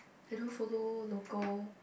I don't follow local